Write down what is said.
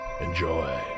Enjoy